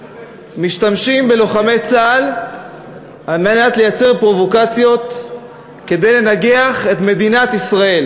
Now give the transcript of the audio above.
משתמשים בלוחמי צה"ל על מנת לייצר פרובוקציות כדי לנגח את מדינת ישראל.